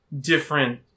different